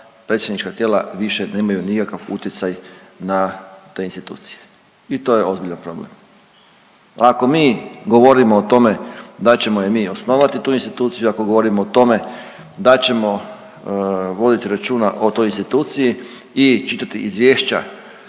predstavnička tijela više nemaju nikakav utjecaj na te institucije i to je ozbiljan problem. Ako mi govorimo o tome da ćemo je mi osnovati, tu instituciju, ako govorimo o tome da ćemo voditi računa o toj instituciji i čitati izvješća